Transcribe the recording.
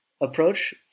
approach